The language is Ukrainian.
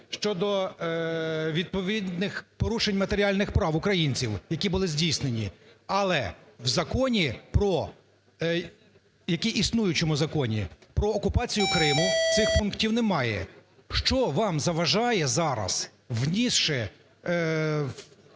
щодо відповідних порушень матеріальних прав українців, які були здійснені. Але у у законі про, як і в існуючому Законі про окупацію Криму цих пунктів немає. Що вам заважає зараз, внісши